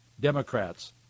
Democrats